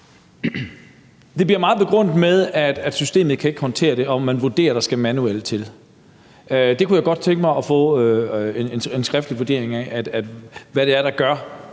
Det bliver meget begrundet med, at systemet ikke kan håndtere det, og at man vurderer, at der skal noget manuelt til. Det kunne jeg godt tænke mig at få en skriftlig vurdering af – altså hvad det er, der gør,